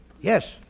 Yes